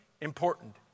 important